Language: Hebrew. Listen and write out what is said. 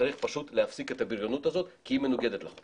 צריך פשוט להפסיק את הבריונות הזאת כי היא מנוגדת לחוק.